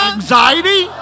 anxiety